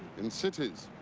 in cities.